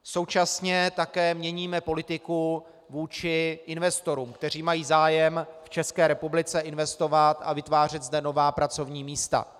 Současně také měníme politiku vůči investorům, kteří mají zájem v České republice investovat a vytvářet zde nová pracovní místa.